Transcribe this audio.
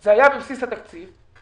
זה היה בבסיס התקציב.